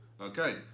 okay